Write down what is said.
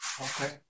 Okay